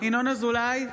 ינון אזולאי,